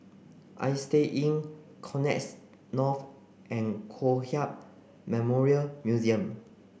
Istay Inn Connexis North and Kong Hiap Memorial Museum